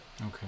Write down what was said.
okay